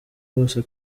bose